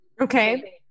Okay